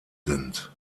sind